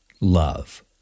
love